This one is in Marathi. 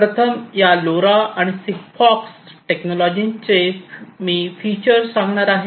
प्रथम या लोरा आणि सिगफॉक्स टेक्नॉलॉजीचे मी फीचर सांगणार आहे